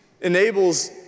enables